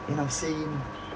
you know what I'm saying